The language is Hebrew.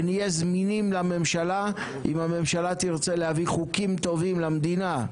ונהיה זמינים לממשלה אם הממשלה תרצה להביא חוקים טובים למדינה.